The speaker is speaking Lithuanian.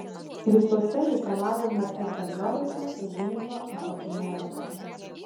visuose reikalavimų egzemplioriuose pažymima apmokėjimo data